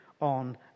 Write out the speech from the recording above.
on